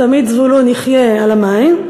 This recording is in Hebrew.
תמיד זבולון יחיה על המים,